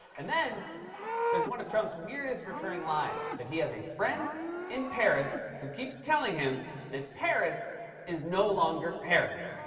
and then there's one of trump's weirdest recurring lines, that he has a friend in paris who keeps telling him that paris is no longer paris.